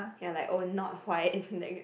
ya like oh not white